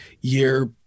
year